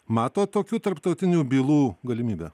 matot tokių tarptautinių bylų galimybę